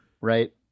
Right